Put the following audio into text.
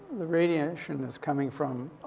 the radiation is coming from,